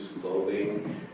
clothing